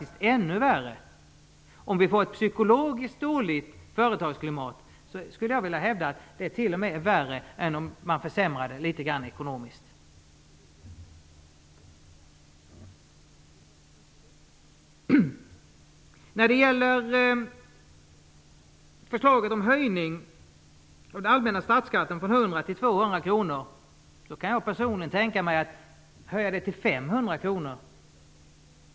Jag skulle vilja hävda att det är värre om vi får ett psykologiskt dåligt företagsklimat än om man försämrar företagsklimatet litet grand ekonomiskt. När det gäller förslaget om höjning av den allmänna statsskatten från 100 till 200 kr vill jag säga att jag personligen kan tänka mig att höja till 500 kr.